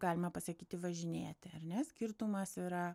galima pasakyti važinėti ar ne skirtumas yra